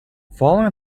following